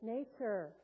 Nature